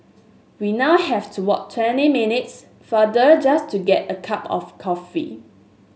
we now have to walk twenty minutes farther just to get a cup of coffee